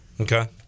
okay